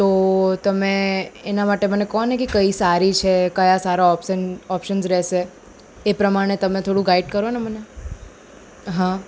તો તમે એના માટે કહો ને કે કઈ સારી છે કયા સારા ઓપ્શન ઓપ્શનસ રહેશે એ પ્રમાણે તમે થોડું ગાઇડ કરો ને મને હં